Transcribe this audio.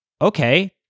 okay